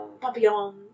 Papillon